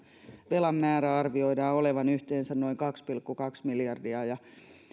velan määrän arvioidaan olevan yhteensä noin kaksi pilkku kaksi miljardia